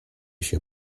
się